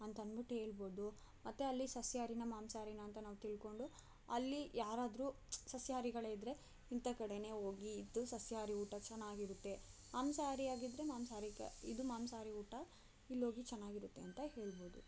ಅಂತನ್ಬಿಟ್ಟು ಹೇಳ್ಬೋದು ಮತ್ತೆ ಅಲ್ಲಿ ಸಸ್ಯಾಹಾರಿನ ಮಾಂಸಾಹಾರಿನ ಅಂತ ನಾವು ತಿಳ್ಕೊಂಡು ಅಲ್ಲಿ ಯಾರಾದರೂ ಸಸ್ಯಾಹಾರಿಗಳೇ ಇದ್ದರೆ ಇಂಥ ಕಡೆನೆ ಹೋಗಿ ಇದು ಸಸ್ಯಾಹಾರಿ ಊಟ ಚೆನ್ನಾಗಿರುತ್ತೆ ಮಾಂಸಾಹಾರಿ ಆಗಿದ್ದರೆ ಮಾಂಸಾಹಾರಿ ಇದು ಮಾಂಸಾಹಾರಿ ಊಟ ಇಲ್ಲೋಗಿ ಚೆನ್ನಾಗಿರುತ್ತೆ ಅಂತ ಹೇಳ್ಬೋದು